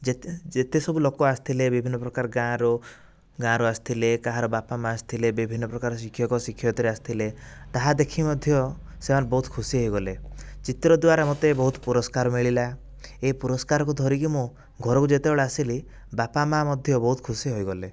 ଯେତେ ଯେତେସବୁ ଲୋକ ଆସିଥିଲେ ବିଭିନ୍ନ ପ୍ରକାର ଗାଁରୁ ଗାଁରୁ ଆସିଥିଲେ କାହାର ବାପା ମା ଆସିଥିଲେ ବିଭିନ୍ନ ପ୍ରକାର ଶିକ୍ଷକ ଶିକ୍ଷୟିତ୍ରୀ ଆସିଥିଲେ ତାହା ଦେଖି ମଧ୍ୟ ସେମାନେ ବହୁତ ଖୁସି ହୋଇଗଲେ ଚିତ୍ର ଦ୍ୱାରା ମୋତେ ବହୁତ ପୁରସ୍କାର ମିଳିଲା ଏହି ପୁରସ୍କାରକୁ ଧରିକି ମୁଁ ଘରକୁ ଯେତେବେଳେ ଆସିଲି ବାପା ମା ମଧ୍ୟ ବହୁତ ଖୁସି ହୋଇଗଲେ